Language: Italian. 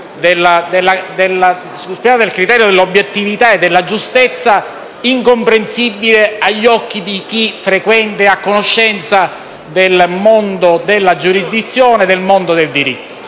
sul piano del criterio dell'obiettività e della giustezza, incomprensibile agli occhi di chi frequenta ed ha conoscenza del mondo della giurisdizione e del diritto.